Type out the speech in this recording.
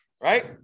right